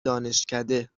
دانشکده